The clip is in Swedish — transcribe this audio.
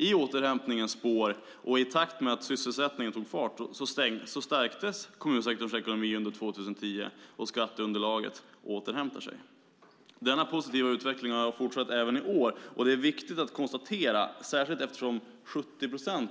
I återhämtningens spår och i takt med att sysselsättningen tog fart stärktes kommunsektorns ekonomi under 2010, och skatteunderlaget återhämtar sig. Denna positiva utveckling har fortsatt även i år. Detta är viktigt att konstatera, särskilt eftersom ungefär 70 procent